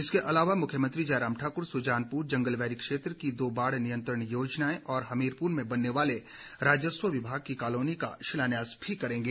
इसके अलावा मुख्यमंत्री जयराम ठाकुर सुजानपुर जंगलबैरी क्षेत्र की दो बाढ़ नियंत्रण योजनाएं और हमीरपुर में बनने वाले राजस्व विभाग की कालोनी का शिलान्यास भी करेंगे